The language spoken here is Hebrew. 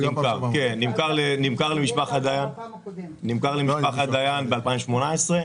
נמכר למשפחת דיין ב-2018.